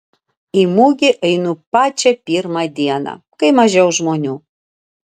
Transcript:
į mugę einu pačią pirmą dieną kai mažiau žmonių